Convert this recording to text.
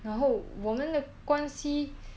然后我们的关系